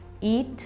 eat